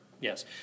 yes